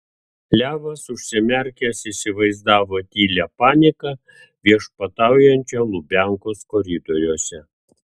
levas užsimerkęs įsivaizdavo tylią paniką viešpataujančią lubiankos koridoriuose